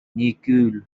nicole